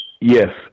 Yes